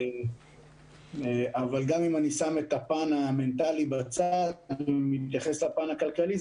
גם אם אני שם את הפן המנטלי בצד ומתייחס לפן הכלכלי,